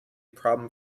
problem